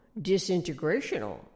disintegrational